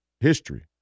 History